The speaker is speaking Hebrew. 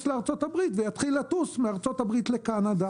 לארצות הברית ויתחיל לטוס מארצות הברית לקנדה.